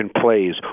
plays